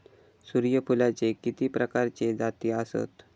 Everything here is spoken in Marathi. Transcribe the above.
सूर्यफूलाचे किती प्रकारचे जाती आसत?